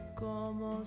como